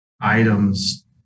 items